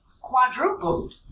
quadrupled